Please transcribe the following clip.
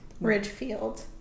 Ridgefield